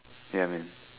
ya man